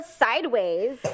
sideways